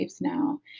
now